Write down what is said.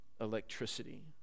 electricity